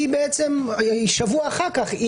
שבוע אחר-כך,